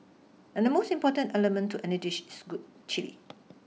and the most important element to any dish is good chilli